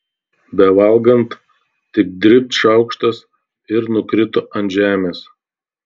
bevalgant tik dribt šaukštas ir nukrito ant žemės